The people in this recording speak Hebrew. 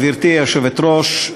גברתי היושבת-ראש,